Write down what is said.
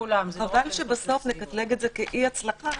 חבל שנקטלג את זה כאי-הצלחה.